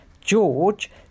George